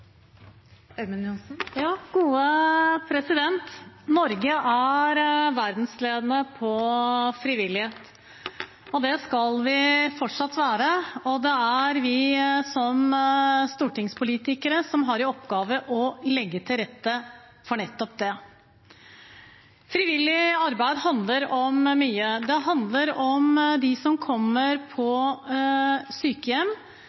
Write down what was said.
vi som stortingspolitikere som har i oppgave å legge til rette for nettopp det. Frivillig arbeid handler om mye. Det handler om dem som kommer på sykehjem